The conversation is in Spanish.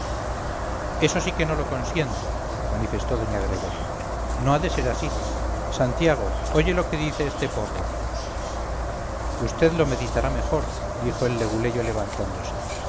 eso sí que no lo consiento manifestó doña gregoria no ha de ser así santiago oye lo que dice este porro usted lo meditará mejor dijo el leguleyo levantándose